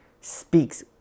speaks